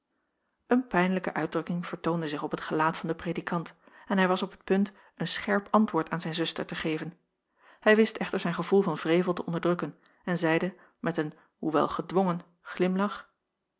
een pijnlijke uitdrukking vertoonde zich op het gelaat van den predikant en hij was op het punt een scherp antwoord aan zijn zuster te geven hij wist echter zijn gevoel van wrevel te onderdrukken en zeide met een hoewel gedwongen glimlach